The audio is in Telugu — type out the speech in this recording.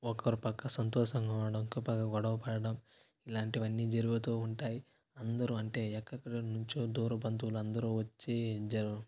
ఒక్కరు పక్క సంతోషంగా ఉండడం ఇంకో పక్క గొడవ పడడం ఇలాంటివన్నీ జరుగుతూ ఉంటాయి అందరూ అంటే ఎక్కక్కడి నుంచో దూర బంధువులు అందరూ వచ్చి జరు